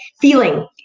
feeling